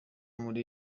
muri